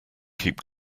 keep